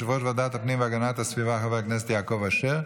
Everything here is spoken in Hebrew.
16 חברי כנסת בעד, אין מתנגדים,